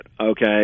okay